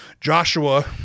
Joshua